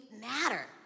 matter